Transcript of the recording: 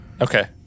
Okay